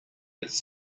its